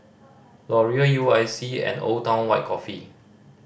Laurier U I C and Old Town White Coffee